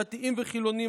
דתיים וחילונים,